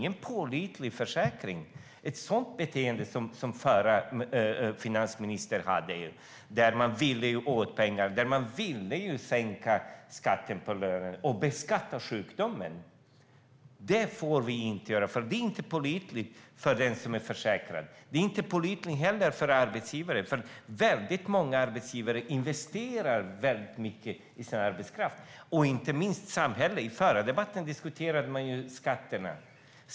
Ett sådant beteende skapar ingen pålitlig försäkring. Man ville åt pengarna, sänka skatten på löner och beskatta sjukdomen. Det får vi inte göra, för det skapar ingen tillit hos den som är försäkrad. Det skapar ingen tillit hos arbetsgivaren, för väldigt många arbetsgivare investerar väldigt mycket i sin arbetskraft och inte minst i samhället. I den förra interpellationsdebatten diskuterade man ju skatterna.